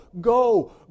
go